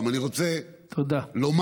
אני רוצה לומר: